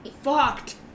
fucked